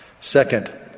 Second